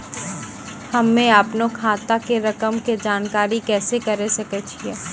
हम्मे अपनो खाता के रकम के जानकारी कैसे करे सकय छियै?